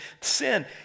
sin